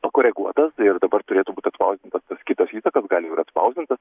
pakoreguotas ir dabar turėtų būti atspausdintas tas kitas įsakas gal ir atspausdintas